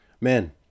man